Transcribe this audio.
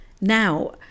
Now